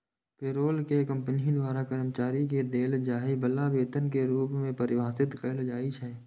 payroll कें company द्वारा कर्मचारी कें देल जाय बला वेतन के रूप मे परिभाषित कैल जाइ छै